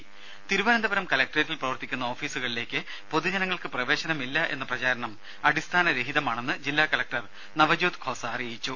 രുര തിരുവനന്തപുരം കലക്ട്രേറ്റിൽ പ്രവർത്തിക്കുന്ന ഓഫീസുകളിലേക്ക് പൊതുജനങ്ങൾക്ക് പ്രവേശനമില്ല എന്ന പ്രചാരണം അടിസ്ഥാന രഹിതമാണെന്ന് ജില്ലാ കലക്ടർ നവജ്യോത് ഖോസ അറിയിച്ചു